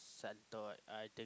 center I think